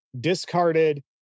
discarded